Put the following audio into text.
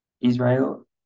Israel